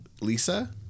Lisa